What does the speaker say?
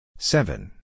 Seven